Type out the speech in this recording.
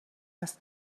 است